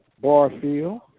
Barfield